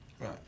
Right